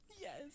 Yes